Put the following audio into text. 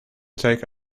take